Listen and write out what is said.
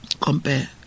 Compare